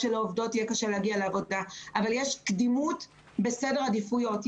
שלעובדות יהיה קשה להגיע לעבודה אבל יש קדימות בסדר העדיפויות.